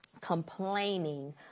complaining